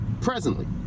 presently